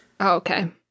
Okay